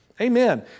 Amen